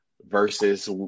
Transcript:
versus